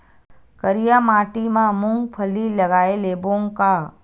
करिया माटी मा मूंग फल्ली लगय लेबों का?